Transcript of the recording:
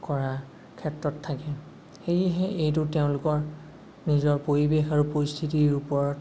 কৰা ক্ষেত্ৰত থাকে সেয়েহে এইটো তেওঁলোকৰ নিজৰ পৰিৱেশ আৰু পৰিস্থিতিৰ ওপৰত